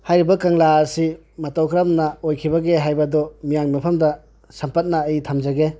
ꯍꯥꯏꯔꯤꯕ ꯀꯪꯂꯥ ꯑꯁꯤ ꯃꯇꯧ ꯀꯔꯝꯅ ꯑꯣꯏꯈꯤꯕꯒꯦ ꯍꯥꯏꯕꯗꯨ ꯃꯤꯌꯥꯝꯒꯤ ꯃꯐꯝꯗ ꯁꯝꯄꯠꯅ ꯑꯩ ꯊꯝꯖꯒꯦ